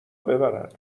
ببرن